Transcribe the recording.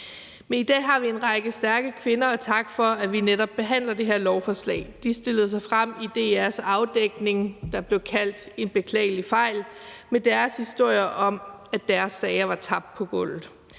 om. I dag har vi en række stærke kvinder at takke for, at vi netop behandler det her lovforslag. De stillede sig frem i DR's afdækning, der blev kaldt »En beklagelig fejl«, med deres historier om, at deres sager var tabt på gulvet.